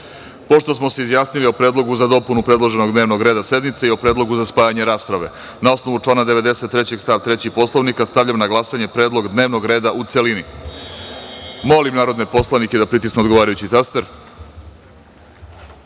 smo se izjasnili o Predlogu za dopunu predloženog dnevnog reda sednice i o predlogu za spajanje rasprave, na osnovu člana 93. stav 3. Poslovnika, stavljam na glasanje predlog dnevnog reda, u celini. Molim narodne poslanike da pritisnu odgovarajući